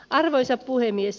arvoisa puhemies